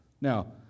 Now